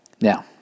Now